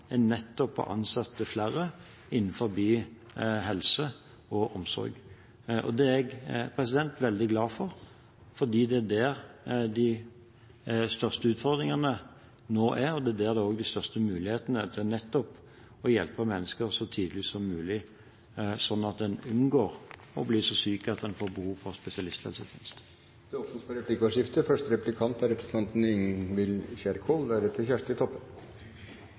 er nettopp å ansette flere innenfor helse og omsorg. Det er jeg veldig glad for, fordi det er der de største utfordringene nå er, og det er der også de største mulighetene er til nettopp å hjelpe mennesker så tidlig som mulig, slik at en unngår å bli så syk at en får behov for spesialisthelsetjenester. Det blir replikkordskifte. Jeg er